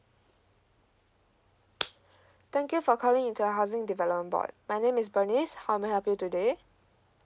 thank you for calling in to housing development board my name is bernice how may I help you today